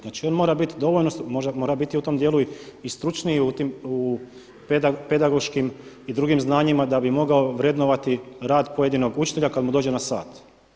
Znači on mora biti dovoljno, mora biti u tom dijelu i stručniji u pedagoškim i drugim znanjima da bi mogao vrednovati rad pojedinog učitelja kad mu dođe na sat.